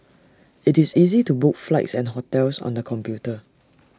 it's easy to book flights and hotels on the computer